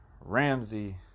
Ramsey